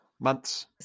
Months